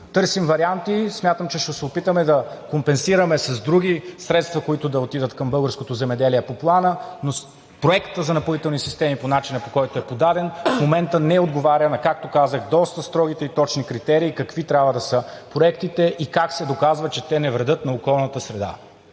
търсим варианти. Смятам, че ще се опитаме да компенсираме с други средства, които да отидат към българското земеделие по Плана. Но Проектът за „Напоителни системи“ по начина, по който е подаден, в момента не отговаря, както казах, на доста строгите и точни критерии какви трябва да са проектите и как се доказва, че те не вредят на околната среда.